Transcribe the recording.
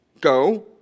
Go